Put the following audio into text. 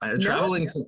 traveling